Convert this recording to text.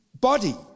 body